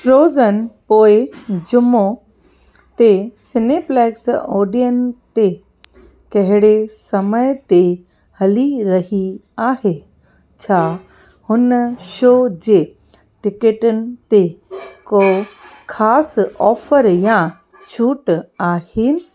frozen पोए जुम्मो ते सिनेप्लेक्स ओडियन ते कहिॾे समय ते हली रही आहे छा हुन शो जे टिकटिनि ते को ख़ासि ऑफर या छूट आहिनि